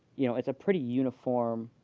you know, it's a pretty uniform,